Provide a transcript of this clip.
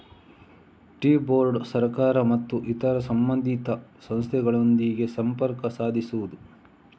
tea board ಸರ್ಕಾರ ಮತ್ತು ಇತರ ಸಂಬಂಧಿತ ಸಂಸ್ಥೆಗಳೊಂದಿಗೆ ಸಂಪರ್ಕ ಸಾಧಿಸುವುದು